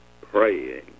praying